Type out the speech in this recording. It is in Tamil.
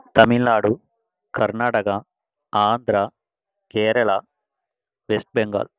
தமிழ்நாடு கர்நாடகா ஆந்திரா கேரளா வெஸ்ட் பெங்கால்